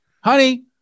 honey